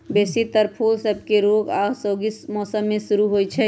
बेशी तर फूल सभके रोग आऽ असहयोगी मौसम में शुरू होइ छइ